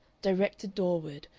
directed doorward,